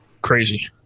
crazy